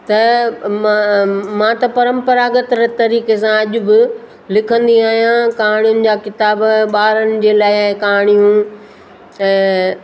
त म मां त परम्परागत तरीक़े सां अॼु बि लिखंदी आहियां कहाणियुनि जा किताब ॿारनि जे लाइ कहाणियूं ऐं